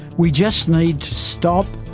we just need to stop,